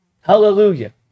Hallelujah